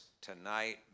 tonight